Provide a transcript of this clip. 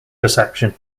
perception